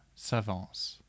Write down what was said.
s'avance